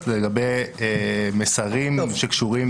לגבי מסרים שקשורים